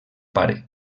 pare